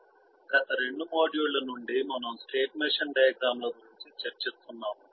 గత రెండు మాడ్యూళ్ళ నుండి మనము స్టేట్ మెషిన్ డయాగ్రమ్ ల గురించి చర్చిస్తున్నాము